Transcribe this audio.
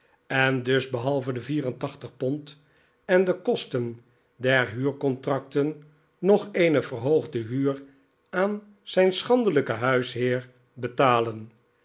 en dus behalve de vier en tachtig pond en de kosten der huurcontracten nog eene verhoogde huur aan zijn schandelijken huisheer betalen